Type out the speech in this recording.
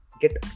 get